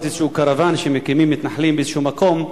איזשהו קרוון שמקימים מתנחלים באיזשהו מקום,